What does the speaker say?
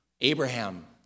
Abraham